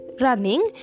running